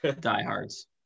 Diehards